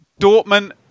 Dortmund